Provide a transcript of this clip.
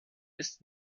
ist